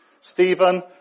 Stephen